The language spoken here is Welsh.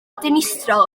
dinistriol